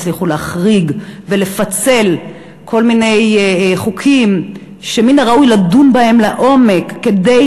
הצליחו להחריג ולפצל כל מיני חוקים שמן הראוי לדון בהם לעומק כדי